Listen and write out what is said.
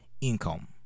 income